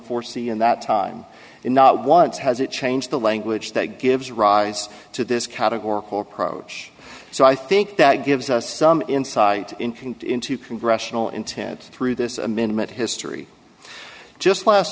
c in that time and not once has it changed the language that gives rise to this categorical approach so i think that gives us some insight into congressional intent through this amendment history just last